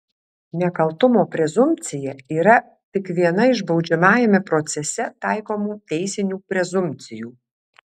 nekaltumo prezumpcija yra tik viena iš baudžiamajame procese taikomų teisinių prezumpcijų